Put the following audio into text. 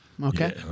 Okay